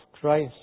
Christ